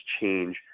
change